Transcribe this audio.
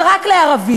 אבל רק לערבים,